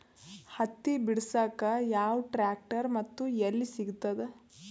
ಹತ್ತಿ ಬಿಡಸಕ್ ಯಾವ ಟ್ರ್ಯಾಕ್ಟರ್ ಮತ್ತು ಎಲ್ಲಿ ಸಿಗತದ?